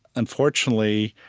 unfortunately,